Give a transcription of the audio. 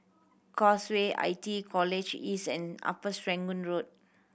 Causeway I T E College East and Upper Serangoon Road